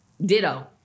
ditto